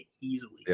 easily